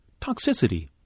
Toxicity